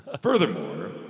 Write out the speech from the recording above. Furthermore